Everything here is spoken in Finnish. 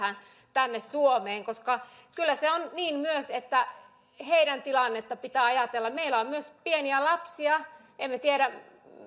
tänne suomeen kyllä se on myös niin että heidän tilannettaan pitää ajatella on myös pieniä lapsia emmekä tiedä